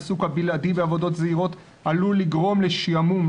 העיסוק הבלעדי בעבודות זעירות עלול לגרום לשעמום,